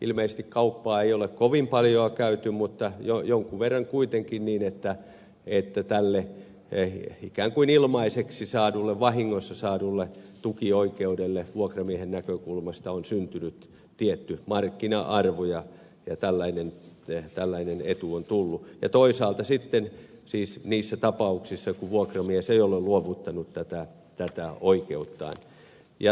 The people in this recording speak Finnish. ilmeisesti kauppaa ei ole kovin paljoa käyty mutta jonkun verran kuitenkin niin että tälle ikään kuin ilmaiseksi saadulle vahingossa saadulle tukioikeudelle vuokramiehen näkökulmasta on syntynyt tietty markkina arvo ja tällainen etu on tullut niissä tapauksissa kun vuokramies ei ole luovuttanut tätä oikeuttaan